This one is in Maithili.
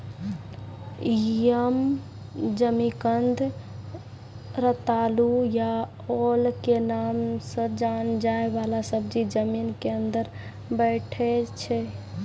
यम, जिमिकंद, रतालू या ओल के नाम सॅ जाने जाय वाला सब्जी जमीन के अंदर बैठै छै